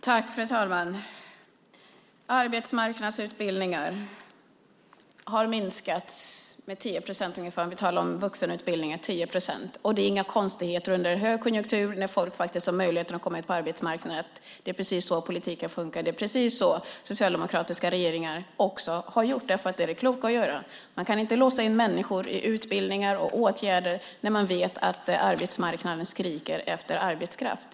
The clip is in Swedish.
Fru talman! Arbetsmarknadsutbildningar har minskat med 10 procent ungefär om vi talar om vuxenutbildningar. Det är inga konstigheter under högkonjunktur när folk faktiskt har möjlighet att komma ut på arbetsmarknaden. Det är precis så politiken fungerar. Det är precis så socialdemokratiska regeringar också har gjort. För det är det kloka att göra. Man kan inte låsa in människor i utbildningar och åtgärder när man vet att arbetsmarknaden skriker efter arbetskraft.